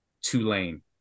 Tulane